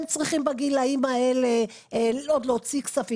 צריכים בגילאים האלה עוד להוציא כספים?